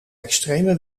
extreme